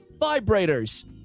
vibrators